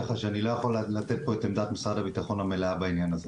ככה שאני לא יכול לתת פה את עמדת משרד הביטחון המלאה בעניין הזה.